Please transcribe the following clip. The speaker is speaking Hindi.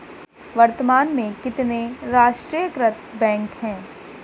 वर्तमान में कितने राष्ट्रीयकृत बैंक है?